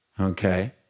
okay